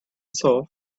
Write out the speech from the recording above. soul